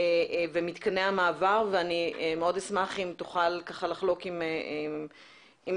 ומתקני המעבר ואני מאוד אשמח אם תוכל לחלוק עם היושבים